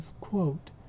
quote